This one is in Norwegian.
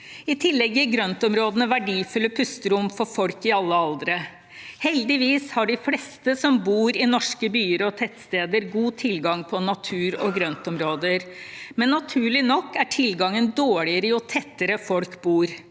I tillegg gir grøntområdene verdifulle pusterom for folk i alle aldre. Heldigvis har de fleste som bor i norske byer og tettsteder, god tilgang på natur og grøntområder, men naturlig nok er tilgangen dårligere jo tettere folk bor.